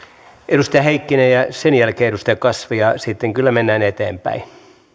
edustaja heikkinen ja sen jälkeen edustaja kasvi ja ja sitten kyllä mennään eteenpäin